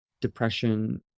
depression